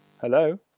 Hello